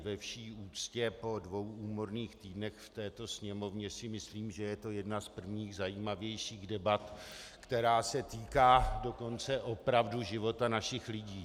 Ve vší úctě, po dvou úmorných týdnech v této Sněmovně si myslím, že je to jedna z prvních zajímavějších debat, která se týká dokonce opravdu života našich lidí.